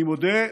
אני מודה,